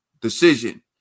decision